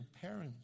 parents